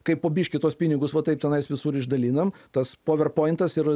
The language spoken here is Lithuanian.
kai po biškį tuos pinigus va taip tenais visur išdalinam tas poverpointas ir